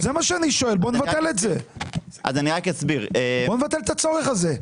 בוא נבטל את הצורך הזה.